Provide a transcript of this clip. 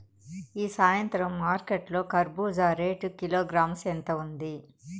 ఈ సాయంత్రం మార్కెట్ లో కర్బూజ రేటు కిలోగ్రామ్స్ ఎంత ఉంది?